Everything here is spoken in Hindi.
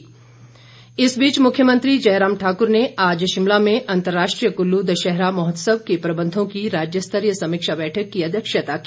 जयराम इस बीच मुख्यमंत्री जयराम ठाकुर ने आज शिमला में अंतर्राष्ट्रीय कुल्लू दशहरा महोत्सव के प्रबंधों की राज्यस्तरीय समीक्षा बैठक की अध्यक्षता की